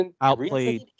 outplayed